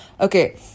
okay